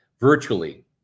virtually